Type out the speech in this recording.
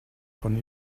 von